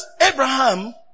Abraham